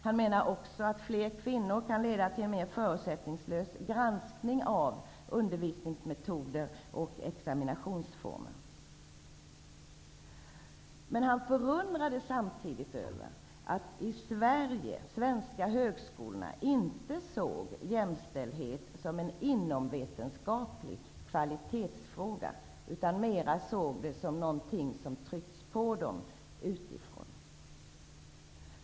Han betonade också att fler kvinnor kan leda till en mer förutsättningslös granskning av undervisningsmetoder och examinationsformer. Men han förundrade sig samtidigt över att de svenska högskolorna inte såg jämställdhet som en fråga om inomvetenskaplig kvalitet utan mer såg det som någonting som tryckts på dem utifrån.